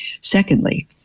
Secondly